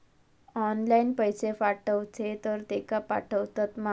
Online पैसे पाठवचे तर तेका पावतत मा?